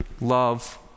love